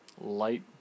light